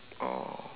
oh